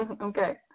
Okay